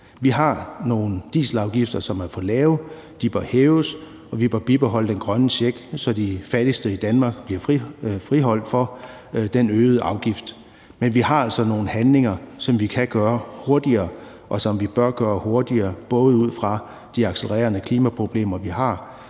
Vi har nogle dieselafgifter, som er for lave; de bør hæves, og vi bør bibeholde den grønne check, så de fattigste i Danmark bliver friholdt for den øgede afgift. Men der er altså nogle handlinger, som vi kan gøre hurtigere, og som vi bør gøre hurtigere – også ud fra de accelererende klimaproblemer, vi har.